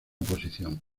posición